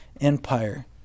Empire